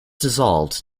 dissolved